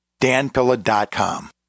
danpilla.com